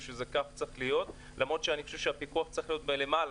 וכך זה צריך להיות למרות שאני חושב שהפיקוח צריך להיות למעלה.